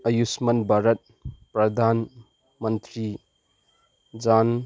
ꯑꯌꯨꯁꯃꯥꯟ ꯚꯥꯔꯠ ꯄ꯭ꯔꯙꯥꯟ ꯃꯟꯇ꯭ꯔꯤ ꯖꯥꯟ